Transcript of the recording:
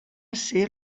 ser